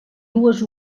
dues